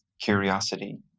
curiosity